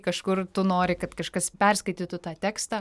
kažkur tu nori kad kažkas perskaitytų tą tekstą